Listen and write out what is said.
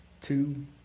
two